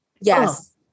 Yes